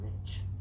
rich